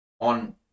on